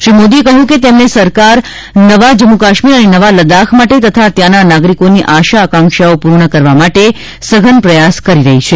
શ્રી મોદીએ કહ્યું કે તેમને સરકાર નવા જમ્મુ કાશ્મીર અને નવા લદ્દાખ માટે તથા ત્યાંના નાગરિકોની આશા આકાંશાઓ પૂર્ણ કરવા માટે સઘન પ્રયાસ કરી રહી છે